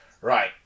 Right